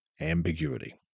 ambiguity